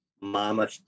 mama